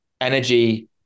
energy